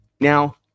Now